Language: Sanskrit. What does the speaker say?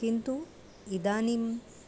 किन्तु इदानीम्